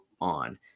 on